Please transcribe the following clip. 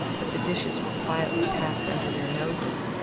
but the dishes were quietly passed under their noses,